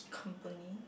company